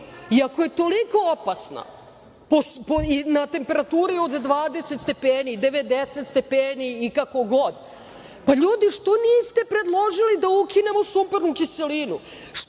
I ako je toliko opasna na temperaturi od 20 stepeni, 90 stepeni i kako god, ljudi što niste predložili da ukinemo sumpornu kiselinu,